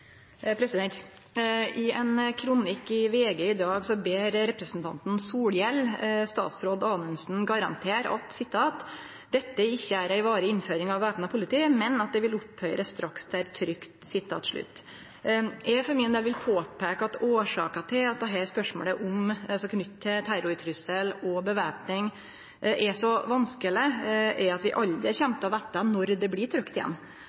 I ein kronikk i VG i dag ber representanten Solhjell statsråd Anundsen «garantere at dette ikkje er ei varig innføring av væpna politi, men at det vil opphøyre straks det er trygt». Eg for min del vil påpeike at årsaka til at spørsmålet knytt til terrortrussel og væpning er så vanskeleg, er at vi aldri kjem til å vete når det blir trygt igjen.